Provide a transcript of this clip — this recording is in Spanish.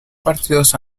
partidos